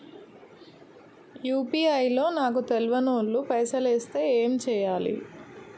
UPI లో నాకు తెల్వనోళ్లు పైసల్ ఎస్తే ఏం చేయాలి?